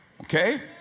Okay